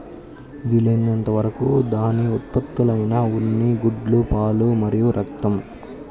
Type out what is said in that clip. వీలైనంత వరకు దాని ఉత్పత్తులైన ఉన్ని, గుడ్లు, పాలు మరియు రక్తం